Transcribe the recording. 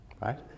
Right